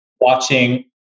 watching